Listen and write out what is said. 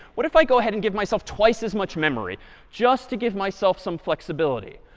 what if i go ahead and give myself twice as much memory just to give myself some flexibility?